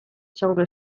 ciągle